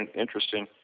interesting